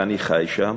ואני חי שם,